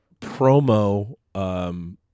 promo